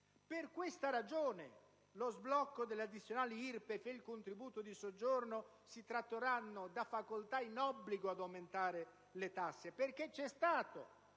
è automatica. Lo sblocco delle addizionali IRPEF e il contributo di soggiorno si tradurranno da facoltà in obbligo ad aumentare le tasse, perché vi è stato